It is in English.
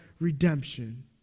redemption